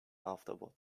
afterward